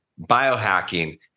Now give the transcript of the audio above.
biohacking